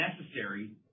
necessary